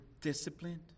disciplined